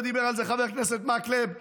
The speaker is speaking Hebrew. ודיבר על זה חבר הכנסת מקלב,